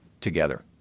together